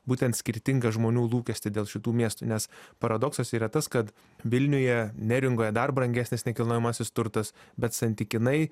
būtent skirtingą žmonių lūkestį dėl šitų miestų nes paradoksas yra tas kad vilniuje neringoje dar brangesnis nekilnojamasis turtas bet santykinai